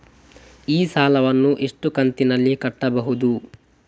ಈ ಸಾಲವನ್ನು ಎಷ್ಟು ಕಂತಿನಲ್ಲಿ ಕಟ್ಟಬಹುದು?